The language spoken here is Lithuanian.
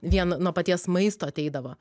vien nuo paties maisto ateidavo